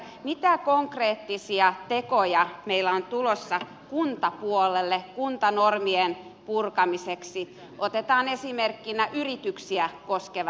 mitä konkreettisia tekoja meillä on tulossa kuntapuolelle kuntanormien purkamiseksi otetaan esimerkkinä yrityksiä koskevat asiat